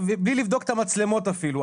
בלי לבדוק את המצלמות אפילו.